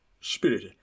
Spirit